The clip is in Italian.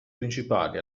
principali